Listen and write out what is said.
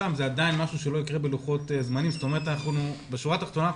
בשורה התחתונה,